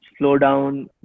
slowdown